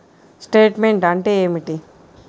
Statement అంటే ఏమిటి?